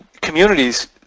communities